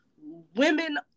women